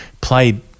played